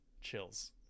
Chills